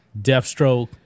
Deathstroke